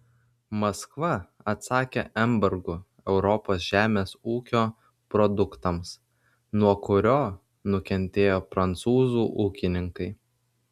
maskva atsakė embargu europos žemės ūkio produktams nuo kurio nukentėjo prancūzų ūkininkai